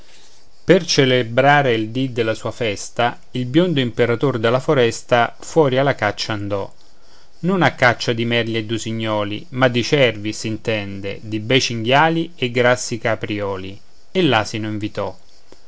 per celebrare il dì della sua festa il biondo imperator della foresta fuori alla caccia andò non a caccia di merli e d'usignoli ma di cervi s'intende di bei cinghiali e grassi caprioli e l'asino invitò